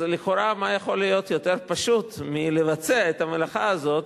אז לכאורה מה יכול להיות יותר פשוט מלבצע את המלאכה הזאת,